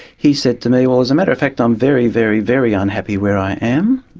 he said to me, well, as a matter of fact i'm very, very, very unhappy where i am.